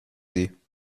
sie